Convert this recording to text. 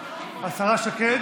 השרה שקד?